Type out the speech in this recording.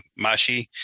Mashi